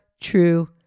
true